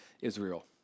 Israel